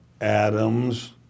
Adams